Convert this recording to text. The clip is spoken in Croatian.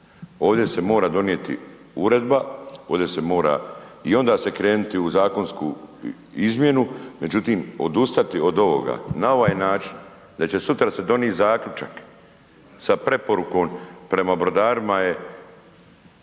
ovdje se mora donijeti uredba, ovdje se mora i onda se kreniti u zakonsku izmjenu, međutim odustati od ovoga, na ovaj način da će sutra se donit zaključak sa preporukom prema brodarima je,